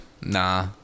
Nah